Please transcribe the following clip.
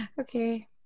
Okay